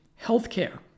healthcare